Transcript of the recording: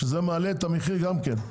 שזה מעלה את המחיר גם כן,